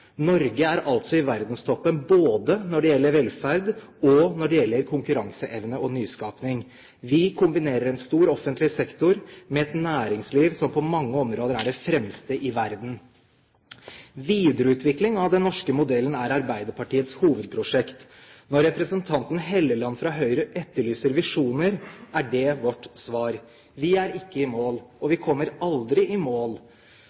verdenstoppen både når det gjelder velferd, og når det gjelder konkurranseevne og nyskaping. Vi kombinerer en stor offentlig sektor med et næringsliv som på mange områder er det fremste i verden. Videreutvikling av den norske modellen er Arbeiderpartiets hovedprosjekt. Når representanten Helleland fra Høyre etterlyser visjoner, er det vårt svar. Vi er ikke i mål, og vi kommer aldri i mål.